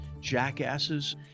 jackasses